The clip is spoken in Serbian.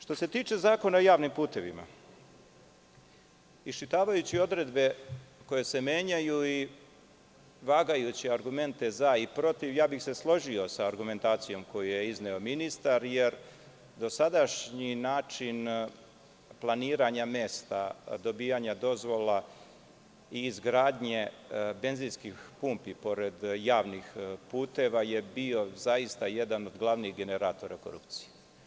Što se tiče Zakona o javnim putevima, iščitavajući odredbe koje se menjaju i vagajući argumente za i protiv, složio bih se sa argumentacijom koju je izneo ministar, jer dosadašnji način planiranja mesta dobijanja dozvola i izgradnje benzinskih pumpi pored javnih puteva je bio zaista jedan od glavni generatora korupcije.